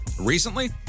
Recently